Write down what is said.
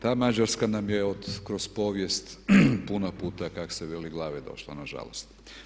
Ta Mađarska nam je kroz povijest puno puta kako se veli glave došla nažalost.